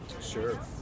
Sure